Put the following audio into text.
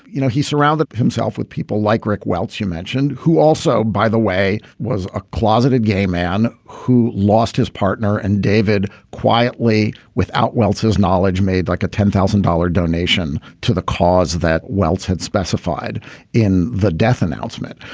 you know, he surrounded himself with people like rick welts, you mentioned, who also, by the way, way, was a closeted gay man who lost his partner. and david quietly without wells's knowledge, made like a ten thousand dollars donation to the cause that welts had specified in the death announcement.